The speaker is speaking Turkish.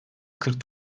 kırk